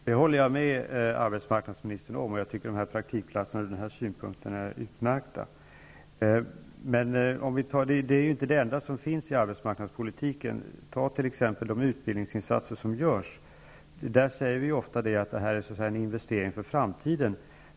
Herr talman! Det håller jag med arbetsmarknadsministern om, och jag tycker att de här praktikplatserna är utmärkta från den synpunkten. Men det är ju inte det enda inslaget i arbetsmarknadspolitiken. Ta t.ex. de utbildningsinsatser som görs. Där säger vi ofta att det är en investering för framtiden.